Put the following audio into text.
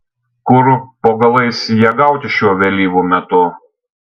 kur po galais ją gauti šiuo vėlyvu metu